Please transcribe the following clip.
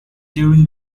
during